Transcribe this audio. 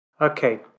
Okay